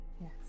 yes